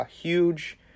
huge